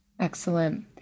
Excellent